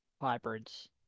hybrids